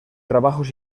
trabajos